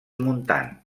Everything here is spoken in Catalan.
montans